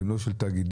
שהם לא של תאגידים,